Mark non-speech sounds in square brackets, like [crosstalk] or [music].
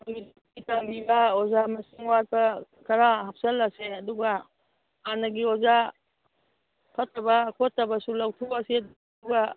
[unintelligible] ꯇꯝꯕꯤꯕ ꯑꯣꯖꯥ ꯃꯁꯤꯡ ꯋꯥꯠꯄ ꯈꯔ ꯍꯥꯞꯆꯜꯂꯁꯦ ꯑꯗꯨꯒ ꯍꯥꯟꯅꯒꯤ ꯑꯣꯖꯥ ꯐꯠꯇꯕ ꯈꯣꯠꯇꯕꯁꯨ ꯂꯧꯊꯣꯛꯑꯁꯤ ꯑꯗꯨꯒ